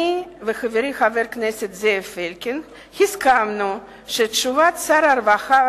אני וחברי חבר הכנסת זאב אלקין הסכמנו שתשובת שר הרווחה